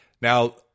Now